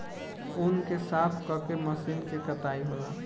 ऊँन के साफ क के मशीन से कताई होला